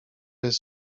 jest